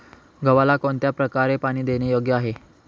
गव्हाला कोणत्या प्रकारे पाणी देणे योग्य आहे?